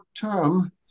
term